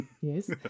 yes